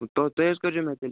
تُہۍ حظ کٔرزیٚو مےٚ تیٚلہِ